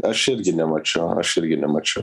aš irgi nemačiau aš irgi nemačiau